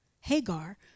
Hagar